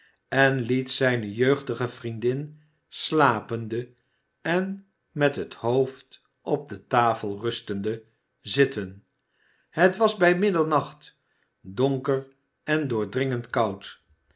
en liet zijne jeugdige vriendin slapende en met het hoofd op de tafel rustende zitten het was bij middernacht donker en doordringend koud